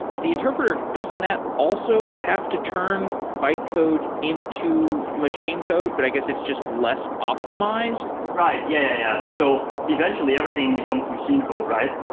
the interpreter, doesn't that also have to turn bytecode into machine code, but i guess it's just less optimized? right. yeah. yeah. so eventually everything becomes machine code, right?